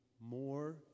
more